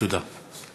תודה.